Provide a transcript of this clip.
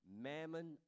mammon